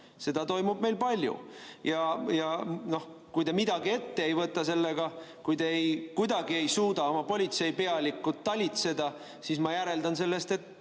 seda toimub meil palju. Kui te midagi ette ei võta sellega, kui te kuidagi ei suuda oma politseipealikut talitseda, siis ma järeldan sellest, et